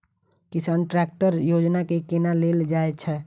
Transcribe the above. किसान ट्रैकटर योजना केना लेल जाय छै?